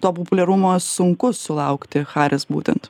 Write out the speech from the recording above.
to populiarumo sunku sulaukti haris būtent